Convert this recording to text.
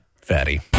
fatty